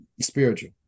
spiritual